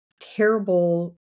terrible